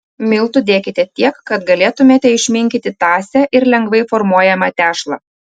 miltų dėkite tiek kad galėtumėte išminkyti tąsią ir lengvai formuojamą tešlą